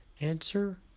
answer